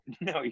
no